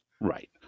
Right